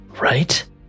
Right